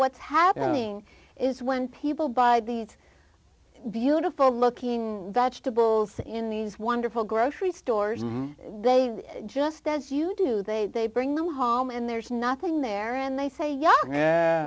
what's happening is when people buy these beautiful looking vegetables in these wonderful grocery stores and they just as you do they they bring them home and there's nothing there and they say yeah yeah